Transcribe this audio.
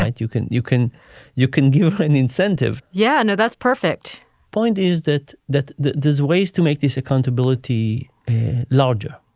and you can you can you can give off an incentive yeah, no, that's perfect point is that that that there's ways to make this accountability larger.